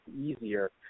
easier